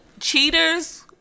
cheaters